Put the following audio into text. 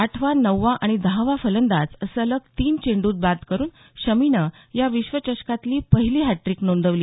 आठवा नववा आणि दहावा फलंदाज सलग तीन चेंडूत बाद करून शमीनं या विश्वचषकातली पहिली हॅटट्रीक नोंदवली